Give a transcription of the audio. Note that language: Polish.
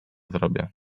zrobię